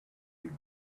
you